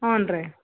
ಹ್ಞೂ ರೀ